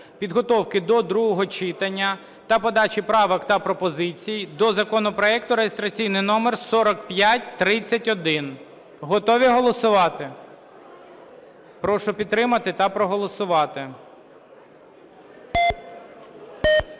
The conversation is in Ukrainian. підготовки до другого читання та подачі правок та пропозицій до законопроекту (реєстраційний номер 4531). Готові голосувати? Прошу підтримати та проголосувати.